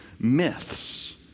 myths